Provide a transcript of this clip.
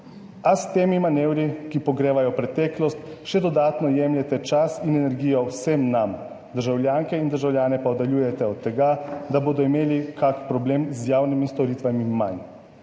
A s temi manevri, ki pogrevajo preteklost, še dodatno jemljete čas in energijo vsem nam, državljanke in državljane pa oddaljujete od tega, da bodo imeli kak problem z javnimi storitvami manj,